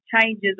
changes